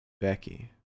Becky